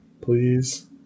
please